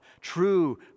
true